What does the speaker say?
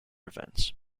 events